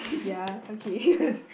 ya okay